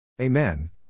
Amen